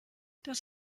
das